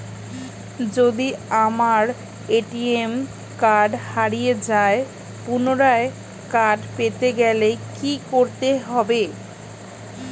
যদি আমার ATM card হারিয়ে যায় পুনরায় কার্ড পেতে গেলে কি করতে হবে?